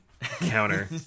counter